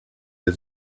der